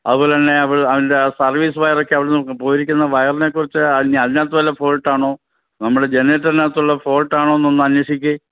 അതുപോലെ തന്നെ അ അതിൻ്റെ ആ സർവീസ് വയറൊക്കെ അവിടുന്ന് പോയിരിക്കുന്ന വയറിനെക്കുറിച്ച് ഇനി അതിനകത്ത് വല്ല ഫോൾട്ടാണോ നമ്മുടെ ജനറേറ്ററിനകത്തുള്ള ഫോൾട്ടാണോന്നൊന്ന് അന്വേഷിക്ക്